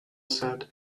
said